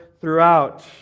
throughout